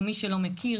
מי שלא מכיר,